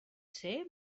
ser